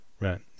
right